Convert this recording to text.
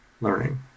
learning